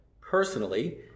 Personally